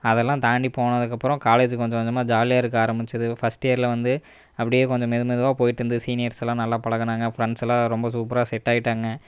அதெல்லாம் தாண்டி போனதுக்கப்புறம் காலேஜ் கொஞ்சம் கொஞ்சமாக ஜாலியாக இருக்க ஆரம்மிச்சிது ஃபர்ஸ்ட் இயரில் வந்து அப்படியே கொஞ்சம் மெது மெதுவாக போயிட்டிருந்தது சீனியர்ஸெல்லாம் நல்லா பழகினாங்க ஃப்ரெண்ட்ஸ் எல்லாம் ரொம்ப சூப்பராக செட்டாகிட்டாங்க